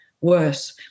worse